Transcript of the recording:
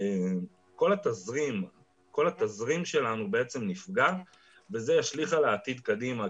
כל התזרים שלנו נפגע וזה ישליך על העתיד קדימה,